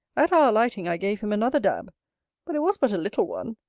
at our alighting i gave him another dab but it was but a little one.